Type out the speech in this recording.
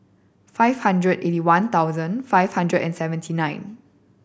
five hundred and eighty one thousand five hundred and seventy nine